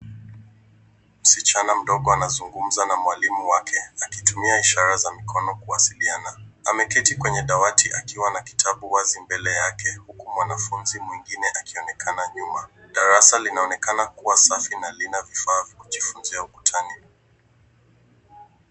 Msichana mdogo anazungumza na mwalimu wake akitumia ishara za mikono kuwasiliana. Ameketi kwenye dawati akiwa na kitabu wazi mbele yake huku mwanafunzi mwingine akionekana nyuma. Darasa linaonekana kuwa safi na lina vifaa vya kujifunzia ukutani.